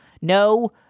No